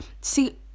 see